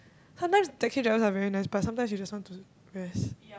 sometime taxi drivers are very nice but sometimes you just want to rest